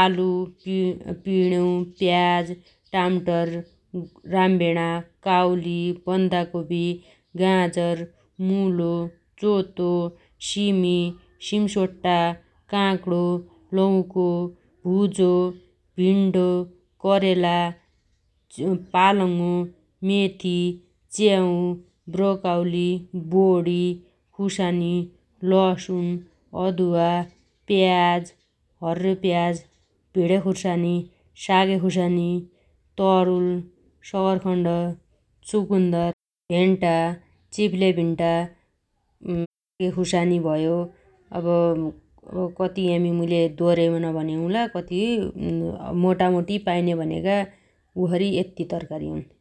आलु, पि_पिडेउ, प्याज, टामटर, रामभिणा, काउली, बन्दा गोबी, गाजर, मुलो, चोतो, सिमी, सिमसोट्टा, काक्णो, लौको, भुजो, भिन्टो, करेला, पालंङो, मेथी, च्याउ, ब्रोकाउली, बोडी, खुसानी, लसुन, अदुवा, प्याज, हर्र्यो प्याज, भिणेखुसानी, सागे खुसानी, तरुल, सगरखण्ड, चुकुन्दर, भेन्टा, चिप्ले भेन्टा, खुसानी भयो अब कति यमी मुइले दोर्याइबन भनेहुला कति मोटामोटी पाइने भनेगा उसरी यत्ति तरकारी हुन् ।